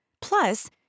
Plus